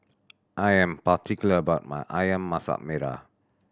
I am particular about my Ayam Masak Merah